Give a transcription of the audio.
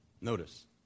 Notice